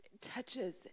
touches